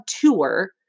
tour